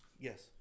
Yes